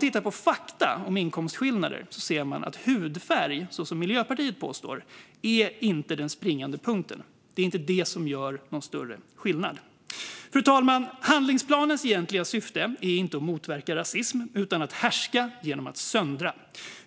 Tittar vi på fakta om inkomstskillnader ser vi att hudfärg inte är den springande punkten, så som Miljöpartiet påstår. Den gör ingen större skillnad. Fru talman! Handlingsplanens egentliga syfte är inte att motverka rasism utan att härska genom att söndra.